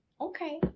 okay